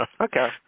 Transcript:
Okay